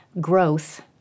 growth